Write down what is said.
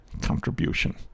contribution